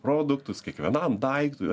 produktus kiekvienam daiktui